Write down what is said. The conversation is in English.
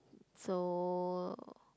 so